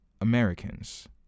Americans